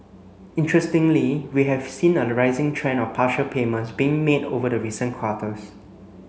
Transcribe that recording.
interestingly we have seen a rising trend of partial payments being made over the recent quarters